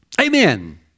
Amen